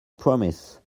promise